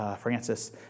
Francis